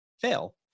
fail